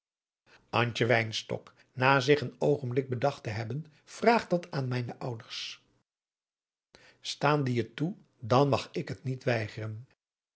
na zich een oogenblik bedacht te hebben vraag dat aan mijne ouders adriaan loosjes pzn het leven van johannes wouter blommesteyn staan die het toe dan mag ik het niet weigeren